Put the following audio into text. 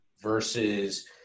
Versus